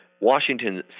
Washington